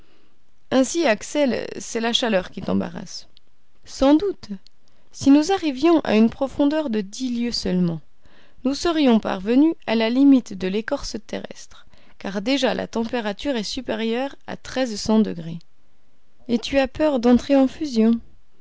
ainsi axel c'est la chaleur qui t'embarrasse sans doute si nous arrivions à une profondeur de dix lieues seulement nous serions parvenus à la limite de l'écorce terrestre car déjà la température est supérieure à treize cents degrés et tu as peur d'entrer en fusion